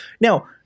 now